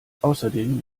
außerdem